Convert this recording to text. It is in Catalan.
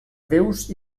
déus